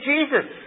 Jesus